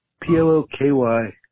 P-L-O-K-Y